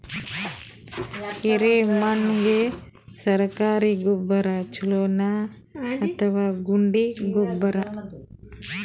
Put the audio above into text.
ಎರೆಮಣ್ ಗೆ ಸರ್ಕಾರಿ ಗೊಬ್ಬರ ಛೂಲೊ ನಾ ಅಥವಾ ಗುಂಡಿ ಗೊಬ್ಬರ?